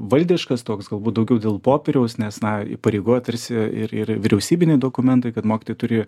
valdiškas toks galbūt daugiau dėl popieriaus nes na įpareigoja tarsi ir ir vyriausybiniai dokumentai kad mokytojai turi